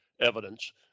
evidence